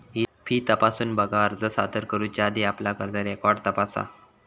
fee तपासून बघा, अर्ज सादर करुच्या आधी आपला कर्ज रेकॉर्ड तपासा